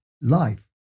life